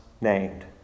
named